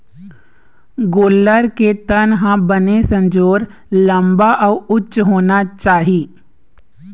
गोल्लर के तन ह बने संजोर, लंबा अउ उच्च होना चाही